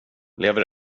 lever